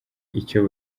icyo